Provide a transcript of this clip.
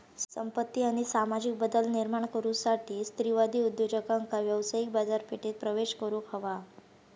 संपत्ती आणि सामाजिक बदल निर्माण करुसाठी स्त्रीवादी उद्योजकांका व्यावसायिक बाजारपेठेत प्रवेश करुक हवा